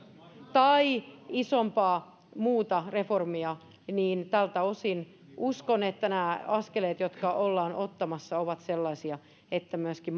tai isompaa muuta reformia siltä osin uskon että nämä askeleet jotka ollaan ottamassa ovat sellaisia että myöskin